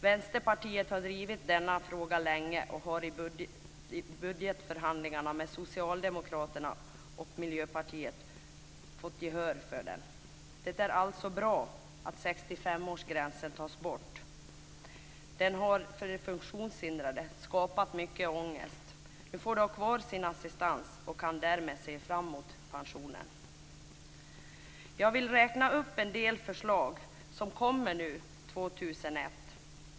Vänsterpartiet har drivit denna fråga länge och har i budgetförhandlingarna med Socialdemokraterna och Miljöpartiet fått gehör för det. Det är bra att 65 årsgränsen tas bort. Den har skapat mycket ångest för de funktionshindrade. Nu får de ha kvar sin assistans och kan därmed se fram mot pensionen. Jag vill räkna upp en del förslag som kommer år 2001.